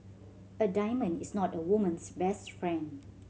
a diamond is not a woman's best friend